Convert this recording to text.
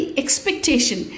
expectation